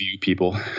people